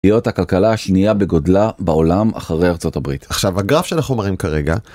להיות הכלכלה השנייה בגודלה בעולם אחרי ארצות הברית עכשיו הגרף שאנחנו מראים כרגע.